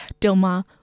Dilma